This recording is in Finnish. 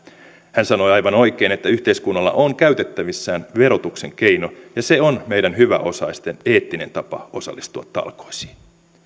hän sanoi aivan oikein että yhteiskunnalla on käytettävissään verotuksen keino ja se on meidän hyväosaisten eettinen tapa osallistua talkoisiin